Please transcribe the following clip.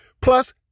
plus